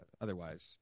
otherwise